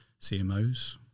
cmos